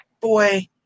boy